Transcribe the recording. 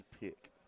pick